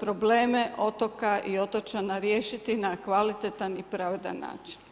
probleme otoka i otočana riješiti na kvalitetan i pravedan način.